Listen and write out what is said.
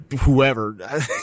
whoever